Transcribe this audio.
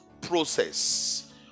process